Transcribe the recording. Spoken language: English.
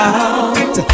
out